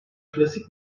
klasik